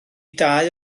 dau